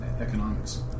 economics